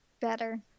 Better